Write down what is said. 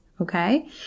okay